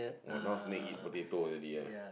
!wah! now snake eat potato already ah